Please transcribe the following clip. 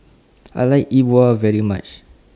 I like E Bua very much